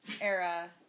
era